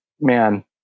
Man